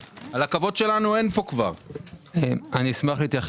בחוק הראשי כתוב --- האם ניתן לפי החוק שנשאר